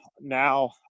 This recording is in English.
now